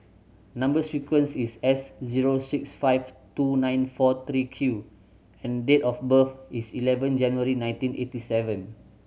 number sequence is S zero six five two nine four three Q and date of birth is eleven January nineteen eighty seven